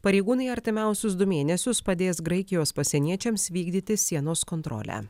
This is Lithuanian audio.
pareigūnai artimiausius du mėnesius padės graikijos pasieniečiams vykdyti sienos kontrolę